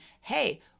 hey